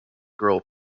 girl